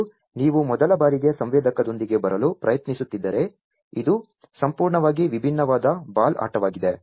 ಮತ್ತು ನೀವು ಮೊದಲ ಬಾರಿಗೆ ಸಂವೇದಕದೊಂದಿಗೆ ಬರಲು ಪ್ರಯತ್ನಿಸುತ್ತಿದ್ದರೆ ಇದು ಸಂಪೂರ್ಣವಾಗಿ ವಿಭಿನ್ನವಾದ ಬಾಲ್ ಆಟವಾಗಿದೆ